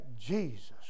Jesus